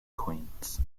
coins